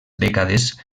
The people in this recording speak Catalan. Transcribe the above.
dècades